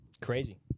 Crazy